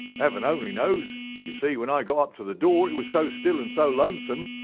heaven only knows. ye see, when i got up to the door it was so still and so lonesome,